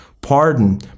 pardon